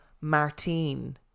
martine